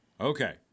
Okay